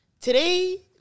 today